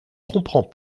comprends